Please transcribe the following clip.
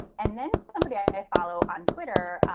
and then somebody i follow on twitter.